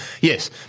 yes